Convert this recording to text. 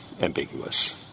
ambiguous